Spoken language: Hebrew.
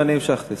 ואני המשכתי,